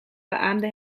beaamde